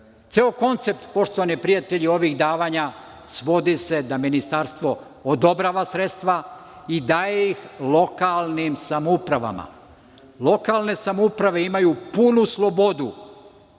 koncept, poštovani prijatelji, ovih davanja svodi se se da ministarstvo odobrava sredstva i daje ih lokalnim samoupravama. Lokalne samouprave imaju punu slobodu,